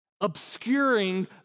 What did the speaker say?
obscuring